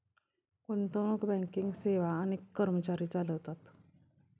गुंतवणूक बँकिंग सेवा अनेक कर्मचारी चालवतात